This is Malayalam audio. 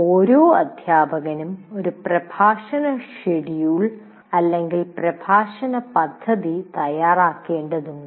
ഓരോ അദ്ധ്യാപകനും ഒരു പ്രഭാഷണ ഷെഡ്യൂൾ പ്രഭാഷണ പദ്ധതി തയ്യാറാക്കേണ്ടതുണ്ട്